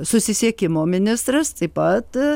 susisiekimo ministras taip pat